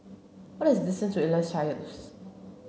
what is the distance to Elias Terrace